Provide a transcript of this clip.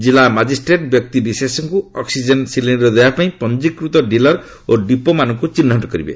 କିଲ୍ଲା ମାଜିଷ୍ଟ୍ରେଟ୍ ବ୍ୟକ୍ତିବିଶେଷଙ୍କୁ oxygen cylinder ଦେବା ପାଇଁ ପଞ୍ଜିକୃତ ଡିଲର ଓ ଡିପୋମାନଙ୍କୁ ଚିହ୍ନଟ କରିବେ